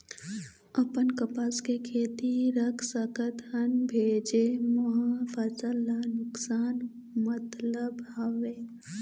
अपन कपास के खेती रख सकत हन भेजे मा फसल ला नुकसान मतलब हावे?